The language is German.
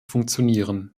funktionieren